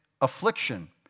affliction